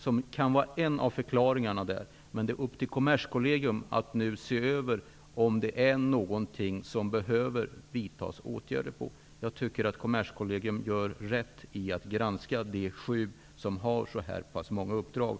Det kan vara en av förklaringarna. Men det är upp till Kommerskollegium att nu avgöra om några åtgärder behöver vidtas. Jag tycker att Kommerskollegium gör rätt i att granska de sju revisorer som har så här pass många uppdrag.